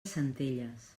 centelles